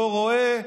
לא רואה,